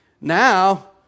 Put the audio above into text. Now